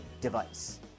device